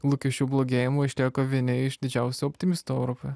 lūkesčių blogėjimo išlieka vieni iš didžiausių optimistų europoj